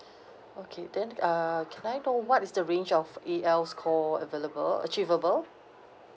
okay then ah can I know what is the range of A_L score available achievable